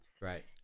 Right